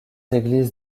églises